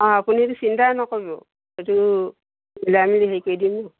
অঁ আপুনি এইটো চিন্তাই নকৰি সেইটো মিলাই মেলি হেৰি কৰি দিম ন